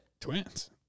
Twins